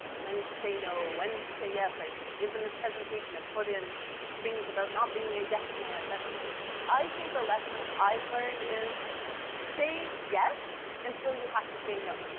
when to say no, when to say yes, i've given the presentation, i've and put in things about not being a yes man. but i think the lesson i've learned is say yes until you have to say no.